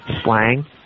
slang